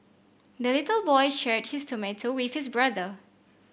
the little boy shared his tomato with his brother